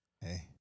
Hey